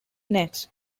nets